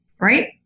right